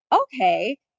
okay